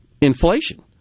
inflation